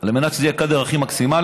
על מנת שזה יהיה קאדר מקסימלי,